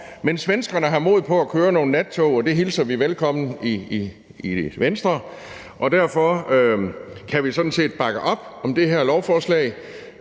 Men svenskerne har mod på at køre nogle nattog, og det hilser vi velkommen i Venstre, og derfor kan vi sådan set bakke op om det her lovforslag.